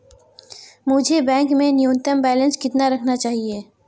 मुझे बैंक में न्यूनतम बैलेंस कितना रखना चाहिए?